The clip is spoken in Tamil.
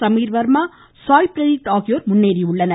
சமீர் வர்மா சாய் ப்ரணீத் ஆகியோர் முன்னேறியுள்ளனர்